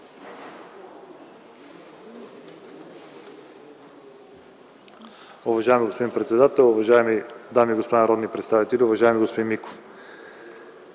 Уважаеми господин председател, уважаеми дами и господа народни представители, уважаеми господин Миков!